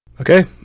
Okay